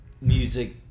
music